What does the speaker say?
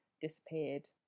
disappeared